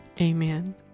Amen